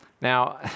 Now